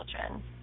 children